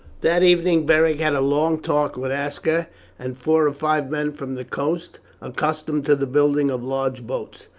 that evening beric had a long talk with aska and four or five men from the coast accustomed to the building of large boats.